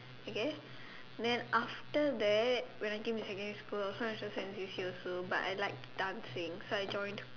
okay then after that when I think in secondary school I think it was secondary school I like dancing so I joined